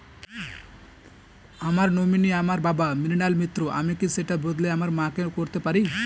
আমার নমিনি আমার বাবা, মৃণাল মিত্র, আমি কি সেটা বদলে আমার মা কে করতে পারি?